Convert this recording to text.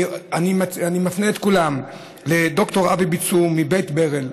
אני מפנה את כולם לד"ר אבי ביצור מבית ברל,